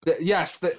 Yes